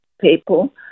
people